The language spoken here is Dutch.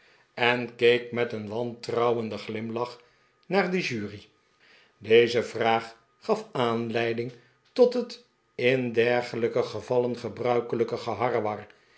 en keek met een wantrouwenden glimlach naar de jury deze vraag gaf aanleiding tot het in dergelijke gevallen gebruikelijke geharrewar